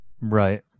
Right